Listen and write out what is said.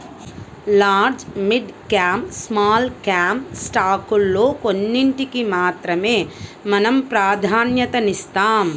large, mid cap, small cap స్టాకుల్లో కొన్నిటికి మాత్రమే మనం ప్రాధన్యతనిస్తాం